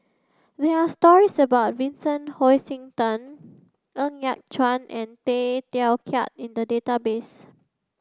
there are stories about Vincent Hoisington Ng Yat Chuan and Tay Teow Kiat in the database